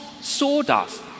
sawdust